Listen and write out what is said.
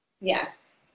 Yes